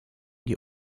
die